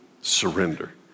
surrender